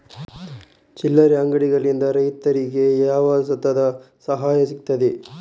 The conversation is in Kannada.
ಚಿಲ್ಲರೆ ಅಂಗಡಿಗಳಿಂದ ರೈತರಿಗೆ ಯಾವ ತರದ ಸಹಾಯ ಸಿಗ್ತದೆ?